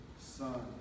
son